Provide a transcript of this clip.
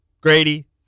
Grady